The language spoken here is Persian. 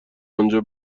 آنجا